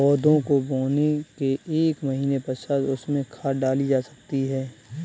कोदो को बोने के एक महीने पश्चात उसमें खाद डाली जा सकती है